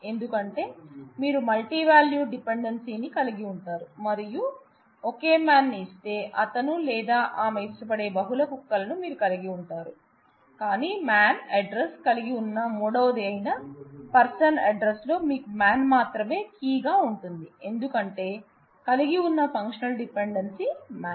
ఎందుకంటే మీరు మల్టీవాల్యూడ్ డిపెండెన్సీని కలిగి ఉంటారు మరియు ఒకే మాన్ ని ఇస్తే అతను లేదా ఆమె ఇష్టపడే బహుళ కుక్కలను మీరు కలిగి ఉంటారు కానీ మ్యాన్ అడ్రస్ కలిగివున్న మూడవది అయిన పర్సన్ అడ్రస్ లో మీకు మాన్ మాత్రమే కీ గా ఉంటుంది ఎందుకంటే కలిగి ఉన్న ఫంక్షనల్ డిపెండెన్సీ మాన్